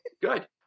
Good